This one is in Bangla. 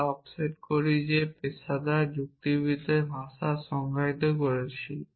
আমরা অফসেট করি যে আমরা পেশাদার যুক্তিবিদ্যার ভাষা সংজ্ঞায়িত করেছি